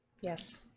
Yes